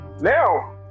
Now